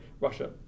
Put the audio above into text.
Russia